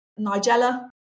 Nigella